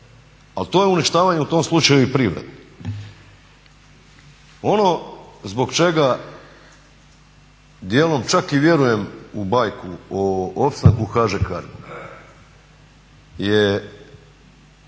Ali to je uništavanje u tom slučaju i privrede. Ono zbog čega dijelom čak i vjerujem u bajku o opstanku HŽ Carga je